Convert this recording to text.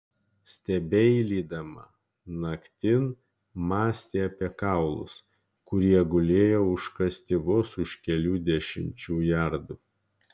stebeilydama naktin mąstė apie kaulus kurie gulėjo užkasti vos už kelių dešimčių jardų